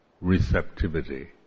receptivity